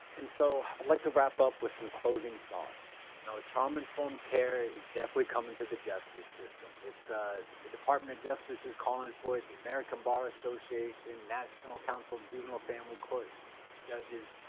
and so i'd like to wrap up with some closing thoughts. you know ah trauma-informed care is definitely coming to the justice system. so the department of justice is calling for it, the american bar association, national council of juvenile family court and judges,